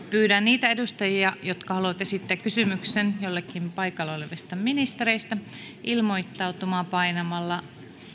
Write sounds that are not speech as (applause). (unintelligible) pyydän niitä edustajia jotka haluavat esittää kysymyksen jollekin paikalla olevista ministereistä ilmoittautumaan painamalla